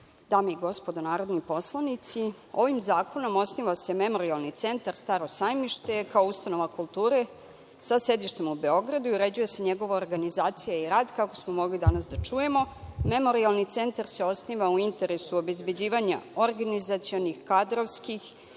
dame i gospodo narodni poslanici, ovim zakonom osniva se Memorijalni centar „Staro sajmište“ kao ustanova kulture sa sedištem u Beogradu i uređuje se njegova organizacija i rad. Kako smo mogli danas da čujemo, memorijalni centar se osniva u interesu obezbeđivanja organizacionih, kadrovskih